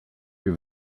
più